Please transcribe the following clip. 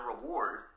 reward